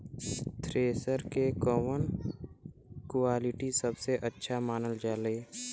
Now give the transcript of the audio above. Thresher के कवन quality सबसे अच्छा मानल जाले?